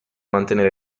mantenere